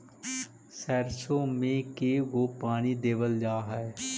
सरसों में के गो पानी देबल जा है?